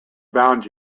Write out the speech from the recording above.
bound